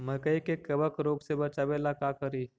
मकई के कबक रोग से बचाबे ला का करि?